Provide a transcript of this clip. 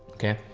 okay.